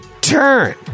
turn